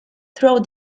through